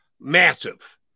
massive